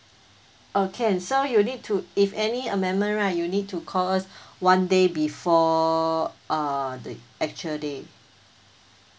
uh can so you need to if any amendment right you need to call us one day before uh the actual day